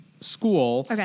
school